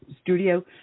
studio